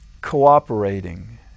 cooperating